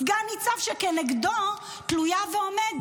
סגן ניצב שכנגדו תלוי ועומד